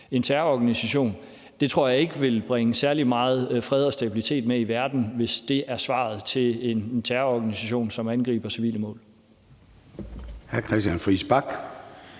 en terrororganisation, tror jeg ikke, det vil bringe særlig meget fred og stabilitet til verden, altså hvis det er svaret til en terrororganisation, som angriber civile mål.